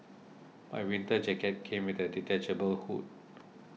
my winter jacket came with a detachable hood